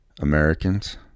Americans